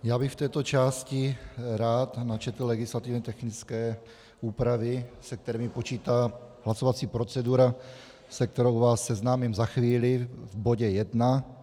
Já bych v této části rád načetl legislativně technické úpravy, se kterými počítá hlasovací procedura, se kterou vás seznámím za chvíli v bodě 1.